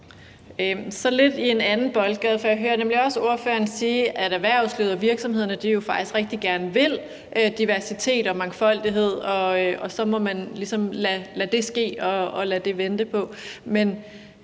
over i en anden boldgade, for jeg hører nemlig jeg også ordføreren sige, at erhvervslivet og virksomhederne jo faktisk rigtig gerne vil diversitet og mangfoldighed, og så må man ligesom lade det ske og vente på